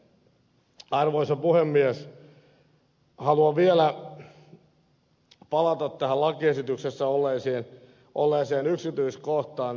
haluan vielä palata tähän lakiesityksessä olleeseen yksityiskohtaan